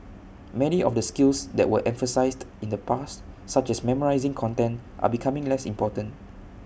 many of the skills that were emphasised in the past such as memorising content are becoming less important